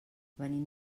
venim